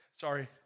Sorry